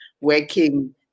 working